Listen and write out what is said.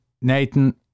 Nathan